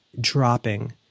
dropping